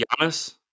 Giannis